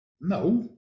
No